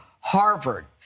Harvard